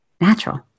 natural